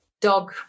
dog